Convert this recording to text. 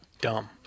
dumb